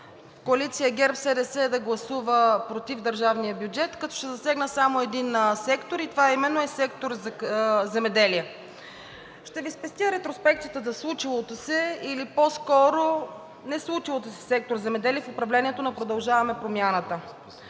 коалиция ГЕРБ-СДС да гласува против държавния бюджет, като ще засегна само един сектор, и това именно е сектор „Земеделие“. Ще Ви спестя ретроспекцията за случилото се, или по-скоро неслучилото се, в сектор „Земеделие“ в управлението на „Продължаваме промяната“.